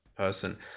person